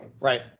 Right